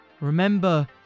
...remember